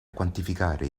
quantificare